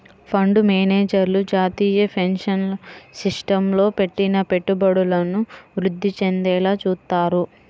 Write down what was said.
fund మేనేజర్లు జాతీయ pension సిస్టమ్లో పెట్టిన పెట్టుబడులను వృద్ధి చెందేలా చూత్తారు